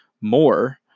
more